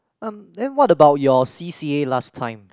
um then what about your C_C_A last time